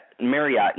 Marriott